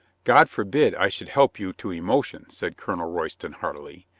god forbid i should help you to emotion, said colonel royston heartily.